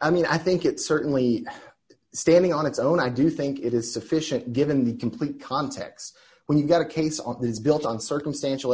i mean i think it certainly standing on its own i do think it is sufficient given the complete context when you've got a case on that is built on circumstantial